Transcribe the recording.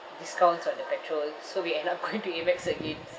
discounts on the petrol so we end up going to Amex again